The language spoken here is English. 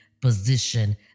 position